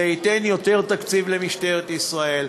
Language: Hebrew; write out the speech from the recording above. זה ייתן יותר תקציב למשטרת ישראל,